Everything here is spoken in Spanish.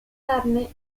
carne